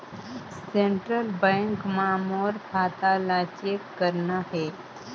Central bank मां मोर खाता ला चेक करना हे?